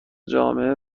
جامعه